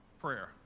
prayer